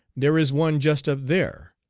there is one just up there,